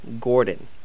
Gordon